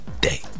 day